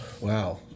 Wow